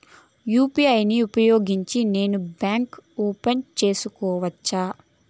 UPI ను ఉపయోగించి నేను బ్యాంకు ఓపెన్ సేసుకోవచ్చా?